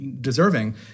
deserving